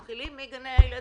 צריך להתחיל מגני הילדים,